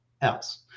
else